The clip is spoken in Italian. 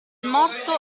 morto